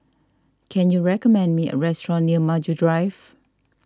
can you recommend me a restaurant near Maju Drive